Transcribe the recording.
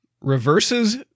reverses